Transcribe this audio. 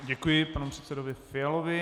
Děkuji panu předsedovi Fialovi.